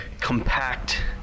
compact